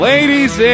Ladies